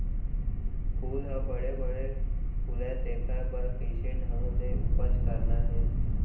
फूल ह बड़े बड़े फुलय तेकर बर कइसे ढंग ले उपज करना हे